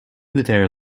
their